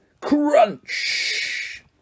Crunch